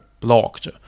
blocked